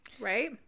Right